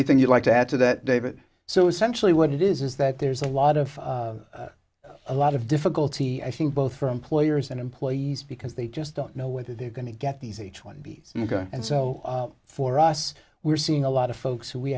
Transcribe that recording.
anything you'd like to add to that david so essentially what it is is that there's a lot of a lot of difficulty i think both for employers and employees because they just don't know whether they're going to get these each one and so for us we're seeing a lot of folks who we